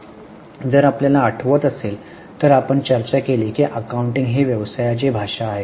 जर आपल्याला आठवत असेल तर आपण चर्चा केली की अकाउंटिंग ही व्यवसायाची भाषा आहे